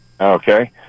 Okay